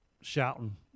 shouting